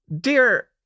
Dear